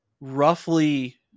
roughly